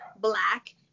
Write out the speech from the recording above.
Black